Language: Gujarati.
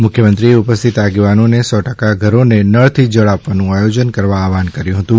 મુખ્યમંત્રીએ ઉપસ્થિત આગેવાનોને સો ટકા ધરોને નળથી જળ આપવાનું આયોજન કરવા આહવાહન કર્યું હતું